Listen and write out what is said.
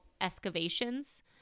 excavations